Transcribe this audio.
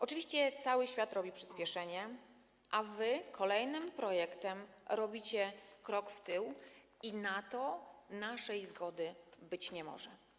Oczywiście cały świat dokonuje przyspieszenia, a wy kolejnym projektem robicie krok w tył i na to naszej zgody być nie może.